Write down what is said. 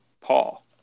Paul